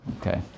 Okay